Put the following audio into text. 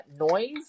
noise